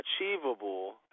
achievable